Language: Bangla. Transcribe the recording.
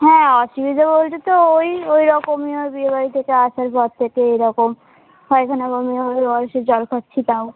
হ্যাঁ অসুবিধা বলতে তো ওই ওই রকমই ওই বিয়ে বাড়ি থেকে আসার পর থেকে এই রকম পায়খানা বমি ওই ও আর এসের জল খাচ্ছি তাও